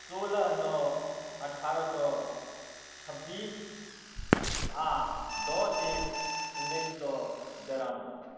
सोलह नओ अठारह सओ छब्बीस आओर दस एक उनैस सओ बेरानवे